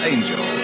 Angel